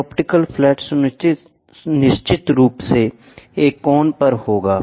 यह optical flat निश्चित रूप से एक कोण पर होगा